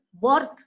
worth